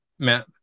Matt